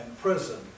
prison